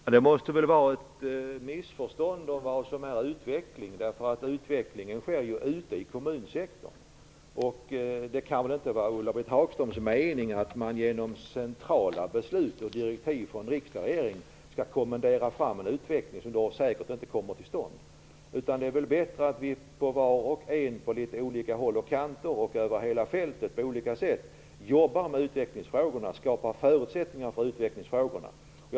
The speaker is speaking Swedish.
Fru talman! Det måste väl vara ett missförstånd om vad som är utveckling. Utvecklingen sker ju ute i kommunsektorn. Det kan väl inte vara Ulla-Britt Hagströms mening att man genom centrala beslut och direktiv från riksdag och regering skall kommendera fram en utveckling som säkert inte kommer till stånd då? Det är väl bättre att vi var och en jobbar med och skapar förutsättningar för utvecklingsfrågorna på olika håll och kanter och över hela fältet på olika sätt.